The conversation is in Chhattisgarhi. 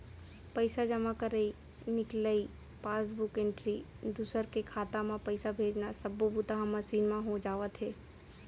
पइसा जमा करई, निकलई, पासबूक एंटरी, दूसर के खाता म पइसा भेजना सब्बो बूता ह मसीन म हो जावत हे